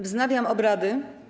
Wznawiam obrady.